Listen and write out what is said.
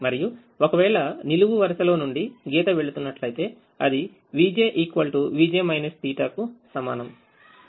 మరియు ఒకవేళ నిలువు వరుసలో నుండి గీత వెళుతున్నట్లు అయితే అది vjvj θకు సమానం